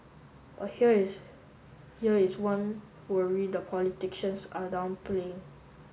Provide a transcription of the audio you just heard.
but here is here is one worry the politicians are downplaying